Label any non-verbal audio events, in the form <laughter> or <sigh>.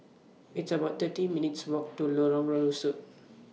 It's about thirty minutes' Walk to Lorong <unintelligible>